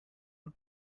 und